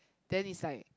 then is like